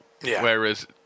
Whereas